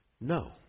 no